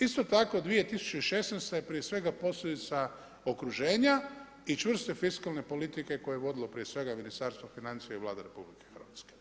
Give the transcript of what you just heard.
Isto tako 2016. je prije svega posljedica okruženja i čvrste fiskalne politike koje je vodilo prije svega Ministarstvo financije i Vlada RH.